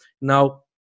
now